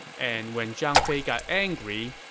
and when zhang fei got angry,